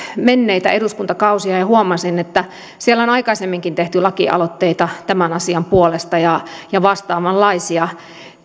menneitä eduskuntakausia ja huomasin että siellä on aikaisemminkin tehty lakialoitteita tämän asian puolesta ja ja vastaavanlaisia